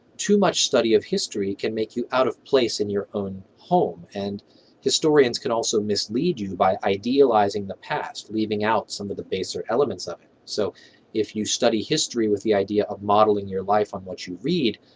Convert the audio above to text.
too much study of history can make you out of place in your own home, and historians can also mislead you by idealizing the past, leaving out some of the baser elements of it. so if you study history with the idea of modeling your life on what you read,